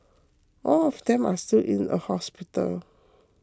all of them are still in a hospital